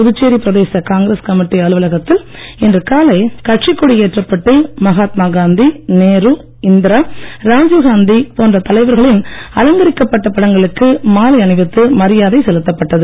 புதுச்சேரி பிரதேச Congress committee அலுவலகத்தில் இன்று காலை கட்சி கொடி ஏற்றப்பட்டு மகாத்மா காந்தி நேரு இந்திரா ராஜீவ்காந்தி போன்ற தலைவர்களின் அலங்கரிக்கப்பட்ட படங்களுக்கு மாலை அணிவித்து மரியாதை செலுத்தப்பட்டது